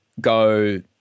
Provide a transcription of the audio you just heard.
go